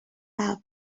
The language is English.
have